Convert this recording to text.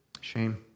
Shame